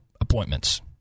appointments